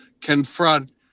confront